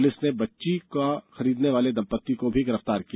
police ने बच्ची का खरीदने वाले दंपत्ती को भी गिरफ़्तार किया